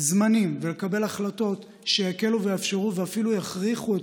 זמנים ולקבל החלטות שיקלו ויאפשרו ואפילו יכריחו את